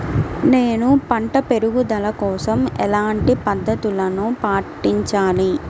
నేను పంట పెరుగుదల కోసం ఎలాంటి పద్దతులను పాటించాలి?